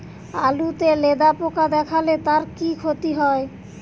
আলুতে লেদা পোকা দেখালে তার কি ক্ষতি হয়?